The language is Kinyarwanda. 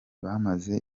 bamaze